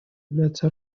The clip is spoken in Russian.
является